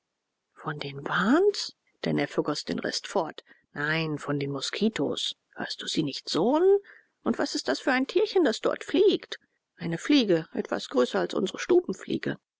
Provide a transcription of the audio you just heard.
von den wahns der neffe goß den rest fort nein von den moskitos hörst du sie nicht surren und was ist das für ein tierchen das dort fliegt eine fliege etwas größer als unsre